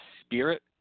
spirit